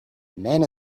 man